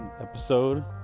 episode